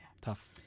Tough